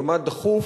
כמה דחוף,